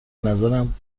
نظرم